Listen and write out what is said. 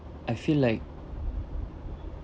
I feel like